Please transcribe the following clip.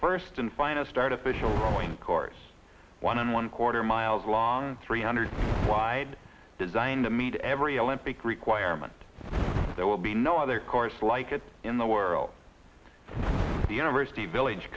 first and finest artificial rowing course one and one quarter miles long three hundred wide designed to meet every olympic requirement there will be no other course like it in the world the university village